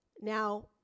Now